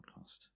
podcast